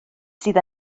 sydd